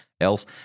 else